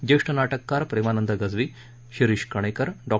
ज्येष्ठ नाटककार प्रेमानंद गज्वी शिरीष कणेकर डॉ